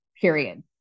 period